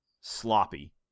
sloppy